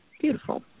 Beautiful